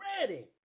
ready